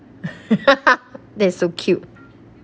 that is so cute